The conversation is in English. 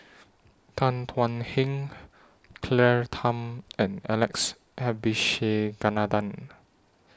Tan Thuan Heng Claire Tham and Alex Abisheganaden